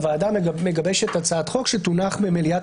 הוועדה מגבשת הצעת חוק שתונח במליאת